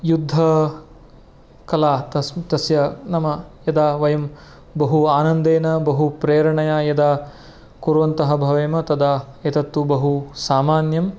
युद्धकला तस्य नाम यदा वयं बहु आनन्देन बहु प्रेरणया यदा कुर्वन्तः भवेम तदा एतत्तु बहु सामान्यम्